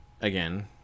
Again